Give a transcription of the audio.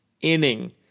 inning